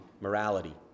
morality